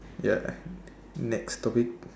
ya next topic